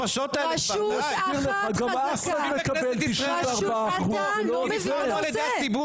רשות אחת חזקה, אתה לא מבין מה אתה עושה.